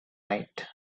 night